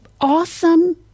awesome